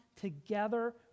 together